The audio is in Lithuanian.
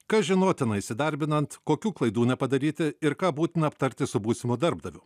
kas žinotina įsidarbinant kokių klaidų nepadaryti ir ką būtina aptarti su būsimu darbdaviu